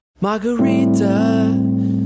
Margarita